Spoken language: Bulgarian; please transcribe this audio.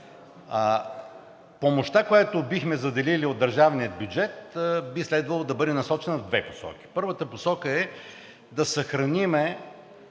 помощта, която бихме заделили от държавния бюджет, би следвало да бъде насочена в две посоки. Първата посока е да съхраним